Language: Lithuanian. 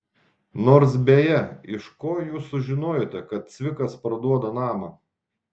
nors beje iš ko jūs sužinojote kad cvikas parduoda namą